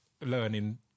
learning